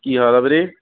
ਕੀ ਹਾਲ ਆ ਵੀਰੇ